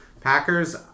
Packers